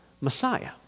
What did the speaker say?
Messiah